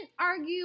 argue